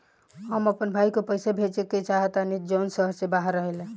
हम अपन भाई को पैसा भेजे के चाहतानी जौन शहर से बाहर रहेला